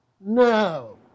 No